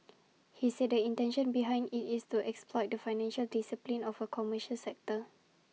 he said the intention behind IT is to exploit the financial discipline of A commercial sector